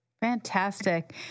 Fantastic